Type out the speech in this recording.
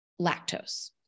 lactose